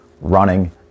running